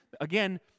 again